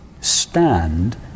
stand